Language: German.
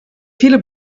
viele